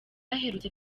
aherutse